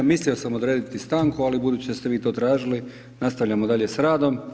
Mislio sam odrediti stanku, ali budući da ste vi to tražili nastavljamo dalje sa radom.